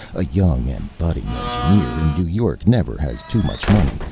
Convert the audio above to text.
a young and budding engineer in new york never has too much money,